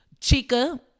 chica